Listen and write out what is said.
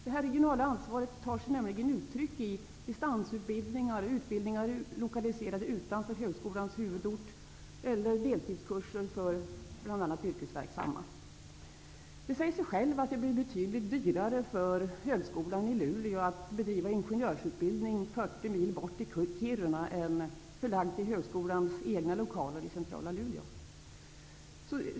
Det regionala ansvaret tar sig nämligen uttryck i distansutbildningar, utbildningar lokaliserade utanför högskolans huvudort och deltidskurser för bl.a. yrkesverksamma. Det säger sig självt att det blir betydligt dyrare för högskolan i Luleå att bedriva ingenjörsutbildning i Kiruna, 40 mil bort, än att ha den förlagd till högskolans egna lokaler i centrala Luleå.